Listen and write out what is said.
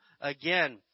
again